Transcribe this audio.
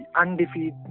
undefeated